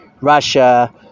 Russia